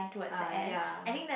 ah ya